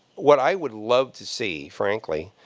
what i would love to see, frankly,